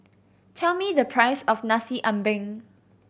tell me the price of Nasi Ambeng